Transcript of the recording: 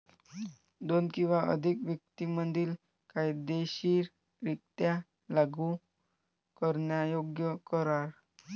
दोन किंवा अधिक व्यक्तीं मधील कायदेशीररित्या लागू करण्यायोग्य करार